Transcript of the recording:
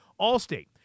Allstate